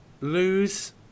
Lose